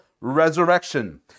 resurrection